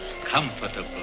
comfortable